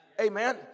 Amen